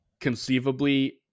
conceivably